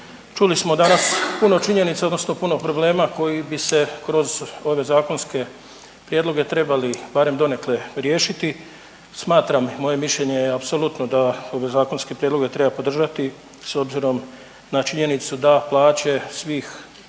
čuli smo danas puno činjenica odnosno puno problema koji bi se kroz ove zakonske prijedloge trebali barem donekle riješiti. Smatram, moje mišljenje je apsolutno da ove zakonske prijedloge treba podržati s obzirom na činjenicu da plaće svih